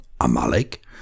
Amalek